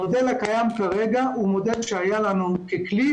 המודל הקיים כרגע הוא מודל שהיה לנו ככלי